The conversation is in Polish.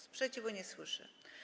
Sprzeciwu nie słyszę.